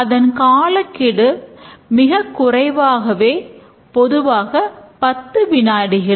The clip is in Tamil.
அதன் காலக்கெடு மிகக்குறைவே பொதுவாக பத்து வினாடிகளே